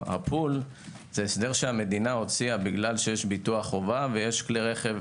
הפול זה הסדר שהמדינה הוציאה בגלל שיש ביטוח חובה ויש כלי רכב,